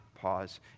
pause